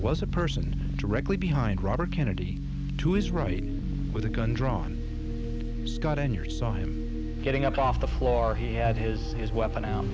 was a person directly behind robert kennedy to his right with a gun drawn got on your saw him getting up off the floor he had his his weapon out